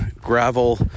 gravel